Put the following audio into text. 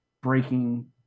breaking